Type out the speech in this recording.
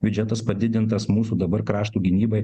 biudžetas padidintas mūsų dabar krašto gynybai